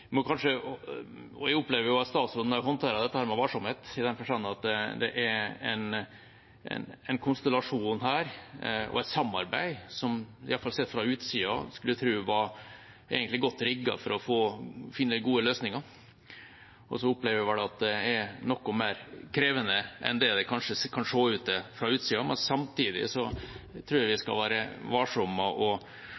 er en konstellasjon her og et samarbeid som man, i alle fall sett fra utsida, skulle tro egentlig var godt rigget for å finne gode løsninger. Så opplever jeg vel at det er noe mer krevende enn det det kanskje kan se ut til fra utsida. Samtidig tror jeg vi